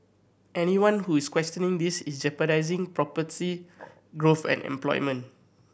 anyone who is questioning this is jeopardising prosperity growth and employment